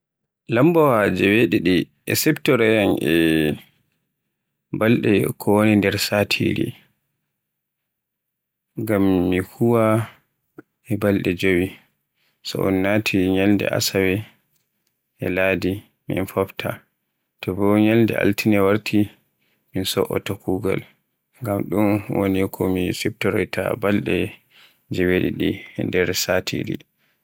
Lambaawa jeweɗiɗi e siftoroyam e balɗe ko woni nder satire, ngam mi huwa e balɗe jowi, so in naati ñyalde asawe e ladi mi fofta. To bo altine warti mi so'oto kuugal. Ngam ɗum woni ko mi siftoroyta e balɗe jeweɗiɗi e nder satire.